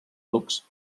ducs